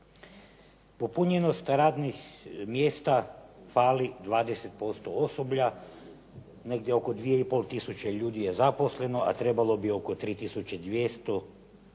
Popunjenost radnih mjesta fali 20% osoblja, negdje oko 2 i pol tisuće ljudi je zaposleno, a trebalo bi oko 3200,